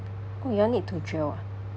oh you all need to drill ah